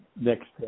Next